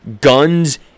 Guns